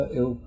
eu